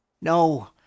No